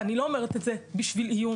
ואני לא אומרת את זה בשביל איום,